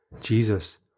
Jesus